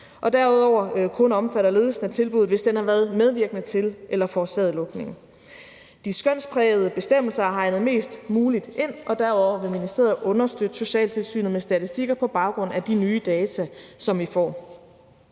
og derudover kun omfatter ledelsen af tilbuddet, hvis den har været medvirkende til eller forårsaget lukningen. De skønsprægede bestemmelser er hegnet mest muligt ind, og derudover vil ministeriet understøtte socialtilsynet med statistikker på baggrund af de nye data, som vi får.